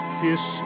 kiss